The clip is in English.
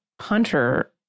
Hunter